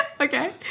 Okay